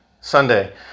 Sunday